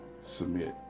Submit